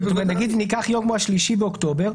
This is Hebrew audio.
נגיד ניקח יום כמו ה-3 באוקטובר,